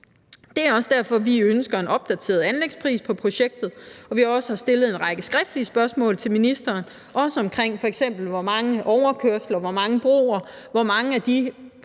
Det er også derfor, vi ønsker en opdateret anlægspris på projektet, og at vi har stillet en række skriftlige spørgsmål til ministeren om, f.eks. hvor mange overkørsler, hvor mange broer, hvor mange af de